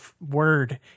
word